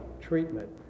treatment